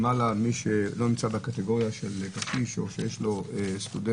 מי שלא נמצא בקטגוריה של קשיש או סטודנט,